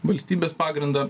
valstybės pagrindą